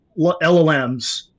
LLMs